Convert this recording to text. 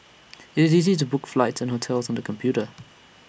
IT is easy to book flights and hotels on the computer